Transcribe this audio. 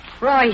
Roy